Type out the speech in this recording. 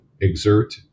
exert